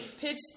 pitched